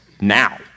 now